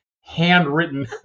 handwritten